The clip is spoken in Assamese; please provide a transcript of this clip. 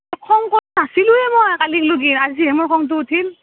খং কৰা নাছিলোঁৱে মই কালিলৈকে আজিহে মোৰ খংটো উঠিল